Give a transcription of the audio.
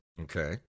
Okay